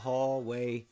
Hallway